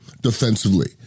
defensively